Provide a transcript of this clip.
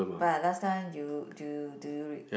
but last time do you do you do you read